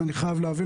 אני חייב להבין,